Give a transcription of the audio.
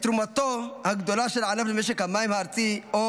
את תרומתו הגדולה של הענף למשק המים הארצי או